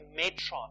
metron